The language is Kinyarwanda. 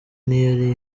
ntiyari